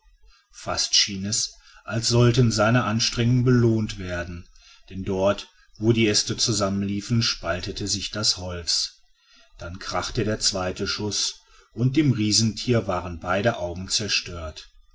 fast schien es als sollten seine anstrengungen belohnt werden denn dort wo die äste zusammenliefen spaltete sich das holz da krachte der zweite schrotschuß und dem riesentier waren beide augen zerstört